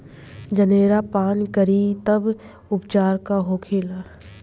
जनेरा पान करी तब उपचार का होखेला?